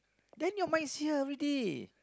then your mind here ready